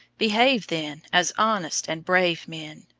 behave, then, as honest and brave men,